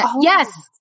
Yes